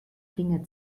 finger